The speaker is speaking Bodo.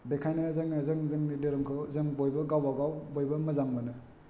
बेखायनो जोङो जों जोंनि धोरोमखौ जों बयबो गावबागाव बयबो मोजां मोनो